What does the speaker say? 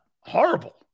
horrible